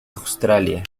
australia